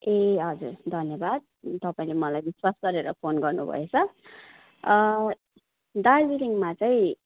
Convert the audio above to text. ए हजुर धन्यवाद तपाईँले मलाई विश्वास गरेर फोन गर्नु भएछ दार्जिलिङमा चाहिँ